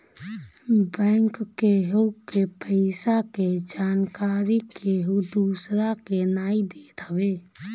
bank केहु के पईसा के जानकरी केहू दूसरा के नाई देत हवे